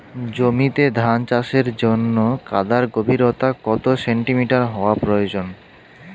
জমিতে ধান চাষের জন্য কাদার গভীরতা কত সেন্টিমিটার হওয়া প্রয়োজন?